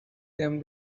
them